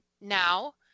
now